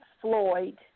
Floyd